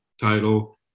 title